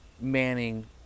manning